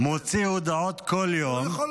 -- מוציא הודעות כל יום -- הוא יכול,